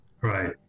Right